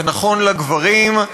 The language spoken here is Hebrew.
זה נכון לגברים,